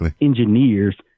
engineers